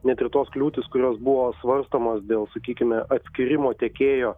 net ir tos kliūtys kurios buvo svarstomos dėl sakykime atskyrimo tekėjo